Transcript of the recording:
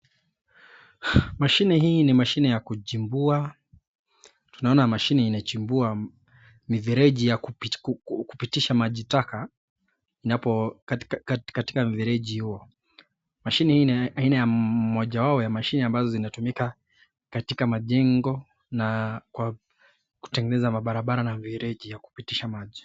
Mashini hii ni mashini ya kuchimbua. Tunaona mashini inachimbua mifereji ya kupitisha maji taka katika mifereji hiyo. Mashini hii ni baadhi ya mashini inayotumiwa katika majengo, kutengeneza mabarabara na fereji za kupitisha maji.